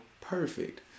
perfect